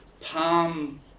palm